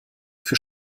für